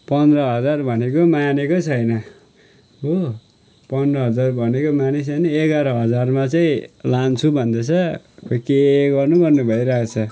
पन्ध्र हजार भनेको मानेकै छैन हो पन्ध्र हजार भनेको मानेकै छैन एघार हजारमा चाहिँ लान्छु भन्दैछ खोइ के गर्नु गर्नु भइरहेछ